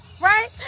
right